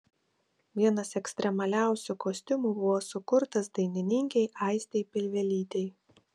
vienas ekstremaliausių kostiumų buvo sukurtas dainininkei aistei pilvelytei